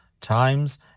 times